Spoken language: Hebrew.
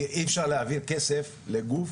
כי אי אפשר להעביר כסף לגוף,